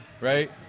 right